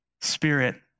Spirit